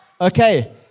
Okay